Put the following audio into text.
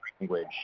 language